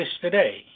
today